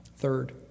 third